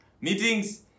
Meetings